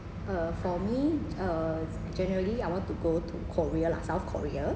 err for me err generally I want to go to korea lah south korea